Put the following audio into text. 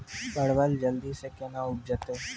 परवल जल्दी से के ना उपजाते?